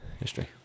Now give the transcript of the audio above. history